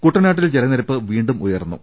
കുട്ടനാട്ടിൽ ജലനിരപ്പ് വീണ്ടും ഉയർന്നു